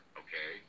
okay